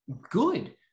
good